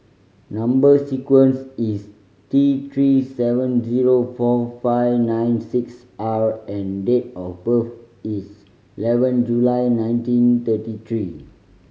number sequence is T Three seven zero four five nine six R and date of birth is eleven July nineteen thirty three